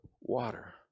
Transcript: water